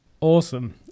awesome